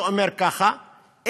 שאומר ככה,